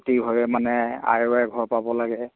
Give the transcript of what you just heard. অতি ভাৱে মানে ঘৰ পাব লাগে